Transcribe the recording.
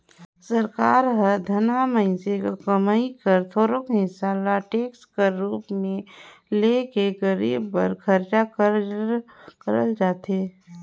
सरकार हर धनहा मइनसे कर कमई कर थोरोक हिसा ल टेक्स कर रूप में ले के गरीब बर खरचा करल जाथे